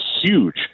huge